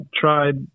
tried